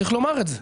צריך לומר את זה,